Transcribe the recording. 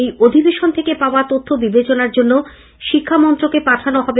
এই অধিবেশন থেকে পাওয়া তথ্য বিবেচনার জন্য শিক্ষামন্ত্রকে পাঠানো হবে